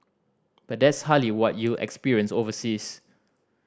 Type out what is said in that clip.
but that's hardly what you'll experience overseas